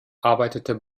arbeitete